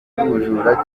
cy’ubujura